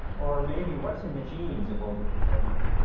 or maybe what's in the genes of olga kotelko?